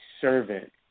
servant